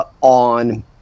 on